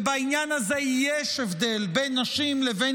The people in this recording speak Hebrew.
ובעניין הזה יש הבדל בין נשים לבין